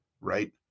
right